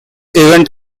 event